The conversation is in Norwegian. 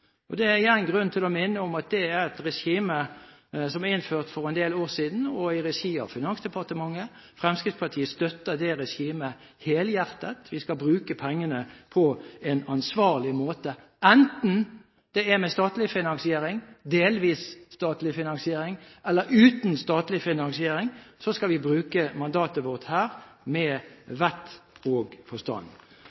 gjennomført. Det er igjen grunn til å minne om at dette er et regime som er innført for en del år siden i regi av Finansdepartementet. Fremskrittspartiet støtter det regimet helhjertet – vi skal bruke pengene på en ansvarlig måte. Enten det er med statlig finansiering, delvis statlig finansiering eller uten statlig finansiering, skal vi bruke mandatet vårt her med